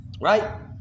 Right